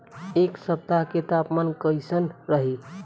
एह सप्ताह के तापमान कईसन रही?